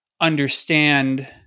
understand